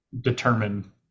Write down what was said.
determine